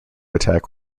attack